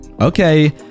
okay